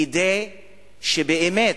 כדי שבאמת,